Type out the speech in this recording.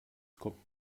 kommt